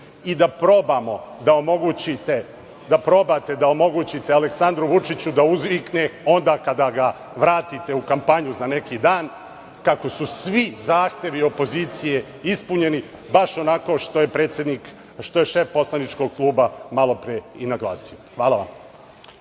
da probate da omogućite Aleksandru Vučiću da uzvikne onda kada ga vratite u kampanju za neki dan, kako su svi zahtevi opozicije ispunjeni baš onako što je predsednik, što je šef poslaničkog kluba malopre i naglasio. Hvala.